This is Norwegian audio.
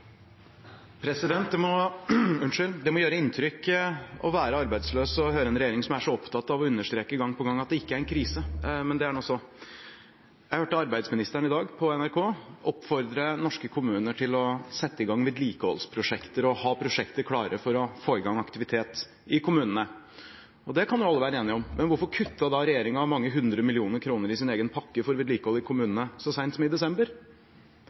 så opptatt av å understreke gang på gang at det ikke er en krise – men det er nå så. Jeg hørte arbeidsministeren i dag på NRK oppfordre norske kommuner til å sette i gang vedlikeholdsprosjekter og ha prosjekter klare for å få i gang aktivitet i kommunene. Det kan alle være enig i, men hvorfor kuttet regjeringen da mange hundre millioner kroner i sin egen pakke for vedlikehold i kommunene så seint som i desember?